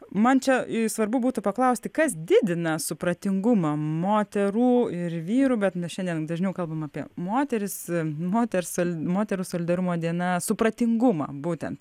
man čia svarbu būtų paklausti kas didina supratingumą moterų ir vyrų bet nu šiandien dažniau kalbam apie moteris moters moterų solidarumo diena supratingumą būtent